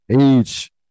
age